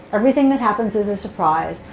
everything that happens is a surprise.